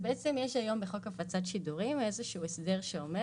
בחוק הפצת שידורים יש היום איזשהו הסדר שאומר